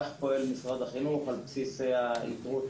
כך פועל משרד החינוך, על בסיס היתרות.